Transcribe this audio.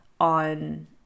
on